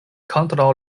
kontraŭ